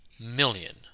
million